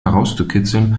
herauszukitzeln